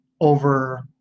over